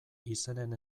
izenen